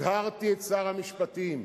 הזהרתי את שר המשפטים.